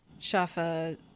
Shafa